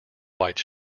white